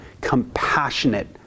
compassionate